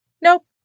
Nope